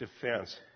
defense